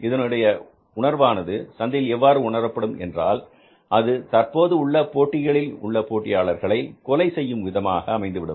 இதனுடைய உணர்வானது சந்தையில் எவ்வாறு உணரப்படும் என்றால் அது தற்போது உள்ள போட்டிகளில் போட்டியாளர்களை கொலை செய்யும் விதமாக அமைந்துவிடும்